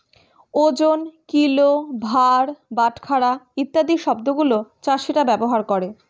ওজন, কিলো, ভার, বাটখারা ইত্যাদি শব্দ গুলো চাষীরা ব্যবহার করে